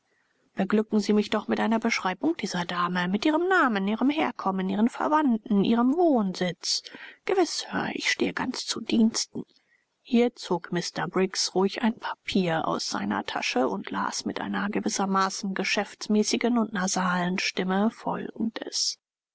beglücken sie mich doch mit einer beschreibung dieser dame mit ihrem namen ihrem herkommen ihren verwandten ihrem wohnsitz gewiß sir ich stehe ganz zu diensten hier zog mr briggs ruhig ein papier aus seiner tasche und las mit einer gewissermaßen geschäftsmäßigen und nasalen stimme folgendes